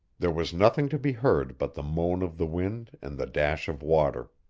there was nothing to be heard but the moan of the wind and the dash of water.